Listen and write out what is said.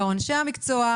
באו אנשי המקצוע,